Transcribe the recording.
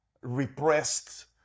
repressed